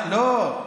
לא,